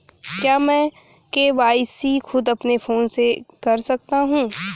क्या मैं के.वाई.सी खुद अपने फोन से कर सकता हूँ?